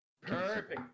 Perfect